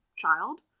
child